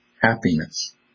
happiness